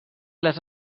les